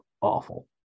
awful